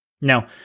Now